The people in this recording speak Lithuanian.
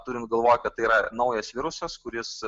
turint galvoj kad tai yra naujas virusas kuris